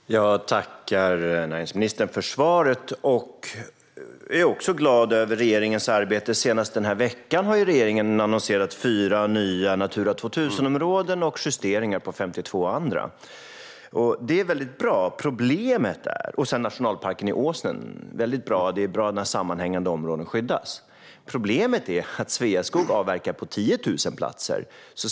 Fru talman! Jag tackar näringsministern för svaret. Jag är också glad över regeringens arbete. Senast denna vecka har regeringen annonserat fyra nya Natura 2000-områden och justeringar på 52 andra, och Åsnens nationalpark har invigts. Det är väldigt bra. Det är bra när sammanhängande områden skyddas. Problemet är att Sveaskog avverkar på 10 000 platser.